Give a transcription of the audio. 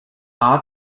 our